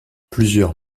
plusieurs